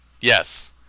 Yes